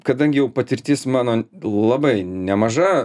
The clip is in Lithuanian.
kadangi jau patirtis man labai nemaža